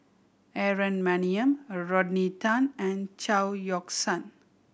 Aaron Maniam Rodney Tan and Chao Yoke San